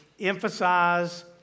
Emphasize